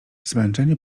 zmęczenie